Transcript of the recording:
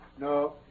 No